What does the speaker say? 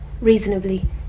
reasonably